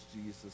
Jesus